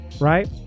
right